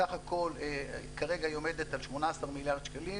בסך הכול כרגע היא עומדת על 18 מיליארד שקלים,